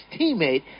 teammate